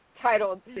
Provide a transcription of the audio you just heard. titled